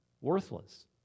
worthless